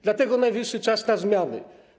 Dlatego najwyższy czas na zmiany.